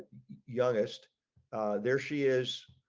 youngest there she is